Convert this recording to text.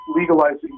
legalizing